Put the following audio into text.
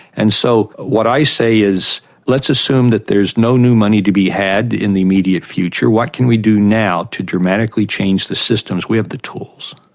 and so what i say is let's assume that there is no new money to be had in the immediate future, what can we do now to dramatically change the system? we have the tools,